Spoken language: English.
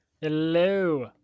Hello